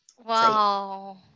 wow